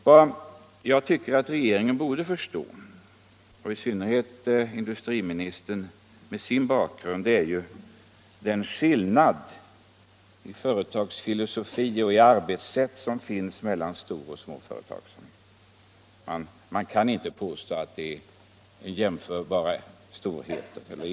Vad jag tycker att regeringen borde förstå — i synnerhet industriministern med sin bakgrund — är den skillnad i företagsfilosofi och i arbetssätt som finns mellan storoch småföretagsamhet. Man kan inte påstå att de är jämförbara storheter.